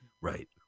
Right